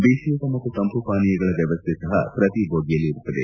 ಬಿಸಿಯೂಟ ಮತ್ತು ತಂಪು ಪಾನೀಯಗಳ ವ್ಚವಸ್ಥೆ ಸಹ ಪ್ರತಿ ಬೋಗಿಯಲ್ಲಿ ಇರುತ್ತದೆ